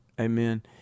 Amen